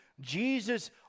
jesus